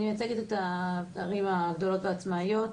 אני מייצגת את הערים הגדולות והעצמאיות.